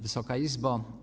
Wysoka Izbo!